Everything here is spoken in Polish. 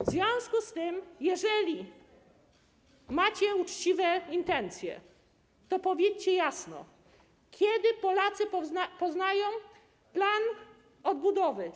W związku z tym, jeżeli macie uczciwe intencje, to powiedzcie jasno, kiedy Polacy poznają plan odbudowy.